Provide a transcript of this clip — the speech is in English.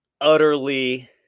utterly